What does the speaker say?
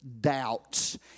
doubts